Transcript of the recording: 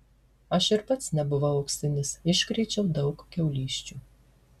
aš ir pats nebuvau auksinis iškrėčiau daug kiaulysčių